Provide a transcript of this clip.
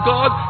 God